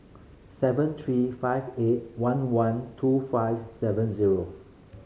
seven three five eight one one two five seven zero